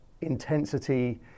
intensity